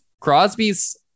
Crosby's